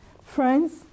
Friends